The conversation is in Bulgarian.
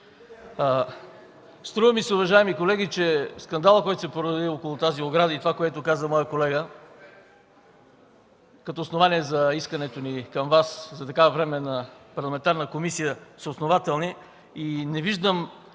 струва ми се, че скандалът, който се породи около тези огради, и това, което каза моят колега като основание за искането ни за такава Временна парламентарна комисия, са основателни и не виждам